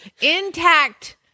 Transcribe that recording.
Intact